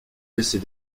laisser